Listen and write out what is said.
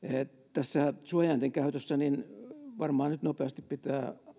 tässä suojainten käytössä varmaan nyt nopeasti pitää